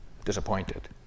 disappointed